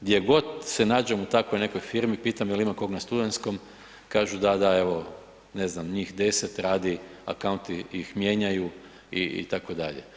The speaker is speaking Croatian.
Gdje god se nađem u takvoj nekoj firmi pitam je li ima kog na studentskom, kažu da, da, evo, ne znam, njih 10, accounti ih mijenjaju, itd.